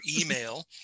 email